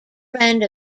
friend